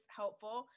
helpful